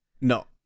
No